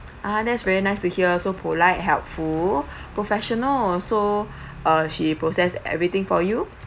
ah that's very nice to hear so polite helpful professional so uh she processed everything for you